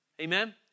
Amen